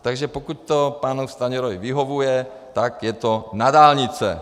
Takže pokud to panu Stanjurovi vyhovuje, tak je to na dálnice!